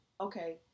okay